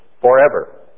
forever